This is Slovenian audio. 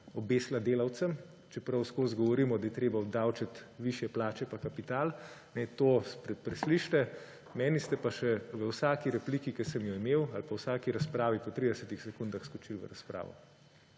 obesila delavcem. Čeprav vseskozi govorimo, da je treba obdavčiti višje plače in kapital, to preslišite. Meni ste pa še v vsaki repliki, ki sem jo imel, ali pa v vsaki razpravi po 30 sekundah skočili v razpravo.